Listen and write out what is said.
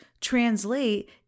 translate